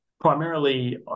primarily